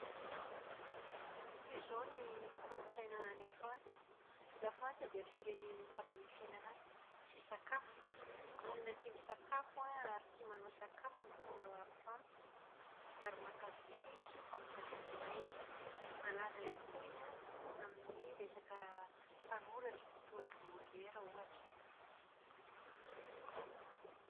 Toa izao ny kolotsaina any Frantsa. Lafrantsa dia firenen'ny mpankafy fiainana sy sakafo. Olona tia misakafo ary tia manao sakafo ny mponina ao Frantsa ary mankafy sy mamokatra divay. Malaza ihany koa izy an amin'ny resaka mpanoratra toa an-dry Molière ohatra.